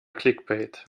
clickbait